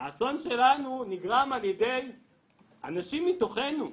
האסון שלנו נגרם על ידי אנשים מתוכנו,